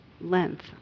length